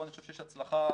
פה אני חושב שיש הצלחה